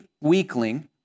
weakling